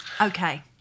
Okay